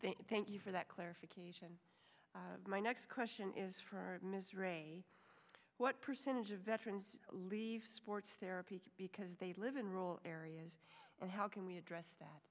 thank you for that clarification my next question is for ms ray what percentage of veterans leave sports therapy because they live in rural areas and how can we address that